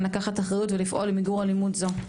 לקחת אחריות ולפעול למיגור אלימות זו.